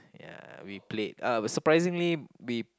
ya we played uh surprisingly we